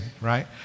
right